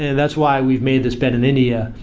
and that's why we've made this bet in india,